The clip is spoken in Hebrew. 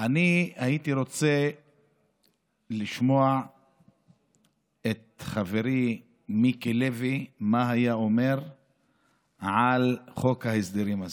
אני הייתי רוצה לשמוע מה היה אומר חברי מיקי לוי על חוק ההסדרים הזה.